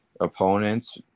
opponents